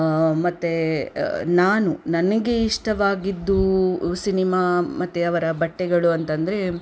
ಮತ್ತೆ ನಾನು ನನಗೆ ಇಷ್ಟವಾಗಿದ್ದು ಸಿನಿಮಾ ಮತ್ತು ಅವರ ಬಟ್ಟೆಗಳು ಅಂತ ಅಂದ್ರೆ